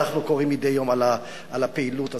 אנחנו קוראים מדי יום על הפעילות הזו,